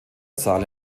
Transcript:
saal